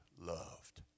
loved